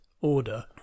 order